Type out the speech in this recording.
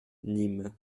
nîmes